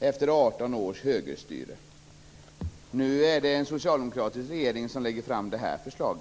efter 18 års högerstyre. Nu är det en socialdemokratisk regering som lägger fram detta förslag.